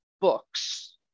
books